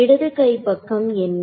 இடது கைப்பக்கம் என்ன